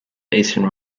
eastern